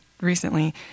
recently